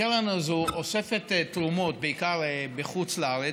הקרן הזאת אוספת תרומות, בעיקר בחוץ לארץ,